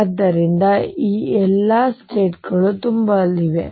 ಆದ್ದರಿಂದ ಈ ಎಲ್ಲಾ ಸ್ಟೇಟ್ ಗಳು ತುಂಬಲಿವೆ